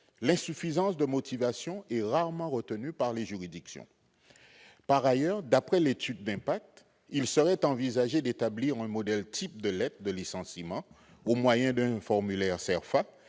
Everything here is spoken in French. insuffisance est rarement retenue par les juridictions. Par ailleurs, d'après l'étude d'impact, il serait envisagé d'établir un modèle type de lettre de licenciement au moyen d'un formulaire CERFA